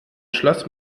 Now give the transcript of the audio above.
schloss